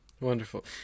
Wonderful